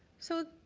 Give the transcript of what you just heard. so